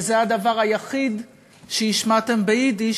וזה הדבר היחיד שהשמעתם ביידיש,